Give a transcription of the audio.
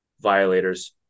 violators